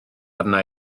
arna